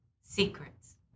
Secrets